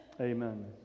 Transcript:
Amen